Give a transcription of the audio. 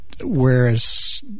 whereas